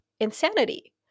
insanity